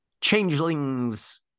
changelings